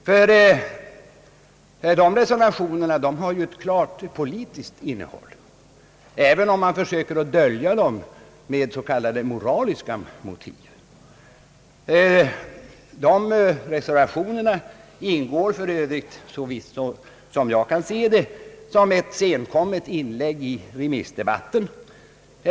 Dessa reservationer har ju ett klart politiskt innehåll, även om man försöker dölja det med s.k. moraliska motiv, och ingår för övrigt, som jag kan se det, som ett senkommet inlägg i remissdebatten.